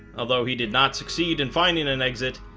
although he did not succeed in finding an exit,